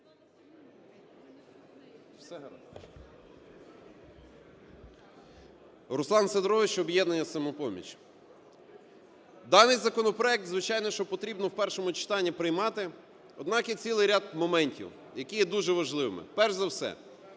Руслан Сидорович, об'єднання "Самопоміч". Даний законопроект, звичайно що потрібно в першому читанні приймати, однак є цілий ряд моментів, які є дуже важливими. Перш за все,